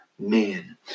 Men